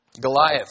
Goliath